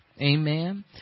Amen